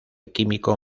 químico